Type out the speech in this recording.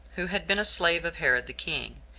who had been a slave of herod the king,